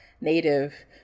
native